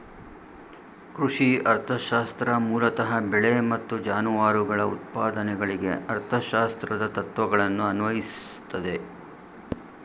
ಕೃಷಿ ಅರ್ಥಶಾಸ್ತ್ರ ಮೂಲತಃ ಬೆಳೆ ಮತ್ತು ಜಾನುವಾರುಗಳ ಉತ್ಪಾದನೆಗಳಿಗೆ ಅರ್ಥಶಾಸ್ತ್ರದ ತತ್ವಗಳನ್ನು ಅನ್ವಯಿಸ್ತದೆ